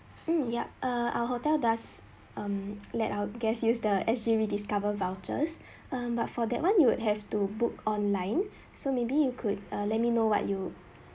mm yup err our hotel does um let our guests use the S_G rediscover vouchers um but for that [one] you would have to book online so maybe you could err let me know what you